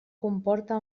comporta